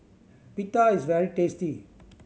pita is very tasty